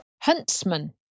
Huntsman